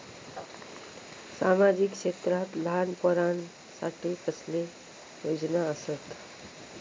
सामाजिक क्षेत्रांत लहान पोरानसाठी कसले योजना आसत?